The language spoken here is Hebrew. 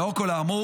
לאור כל האמור,